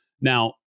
Now